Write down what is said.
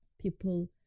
People